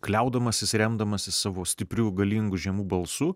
kliaudamasis remdamasis savo stipriu galingu žemu balsu